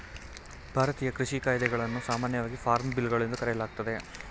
ಭಾರತೀಯ ಕೃಷಿ ಕಾಯಿದೆಗಳನ್ನು ಸಾಮಾನ್ಯವಾಗಿ ಫಾರ್ಮ್ ಬಿಲ್ಗಳು ಎಂದು ಕರೆಯಲಾಗ್ತದೆ